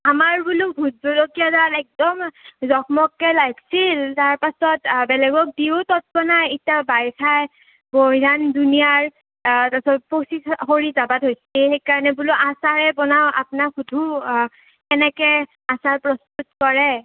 আমাৰ বোলো ভোটজলকীয়া দাল একদম জকমককে লাগছিল তাৰ পাছত বেলেগক দিও তত পোৱা নাই এতিয়া বাৰিষাৰ বৈৰহান দুনিয়াৰ তাৰপিছত পচি সৰি যাব ধৰিছে সেইকাৰণে বোলো আচাৰে বনাওঁ আপোনাক সোধো কেনেকৈ আচাৰ প্ৰস্তুত কৰে